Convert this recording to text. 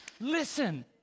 listen